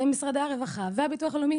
משרדי הרווחה והביטוח הלאומי